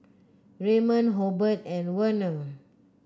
Raymon Hobert and Werner